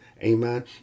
amen